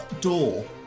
door